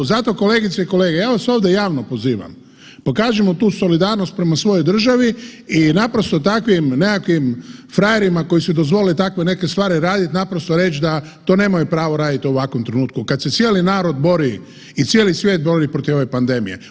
Zato kolegice i kolege ja vas ovdje javno pozivam, pokažimo tu solidarnost prema svojoj državi i naprosto takvim nekakvim frajerima koji si dozvole takve neke stvari raditi naprosto reći da to nemaju pravo raditi u ovakvom trenutku kad se cijeli narod bori i cijeli svijet bori protiv ove pandemije.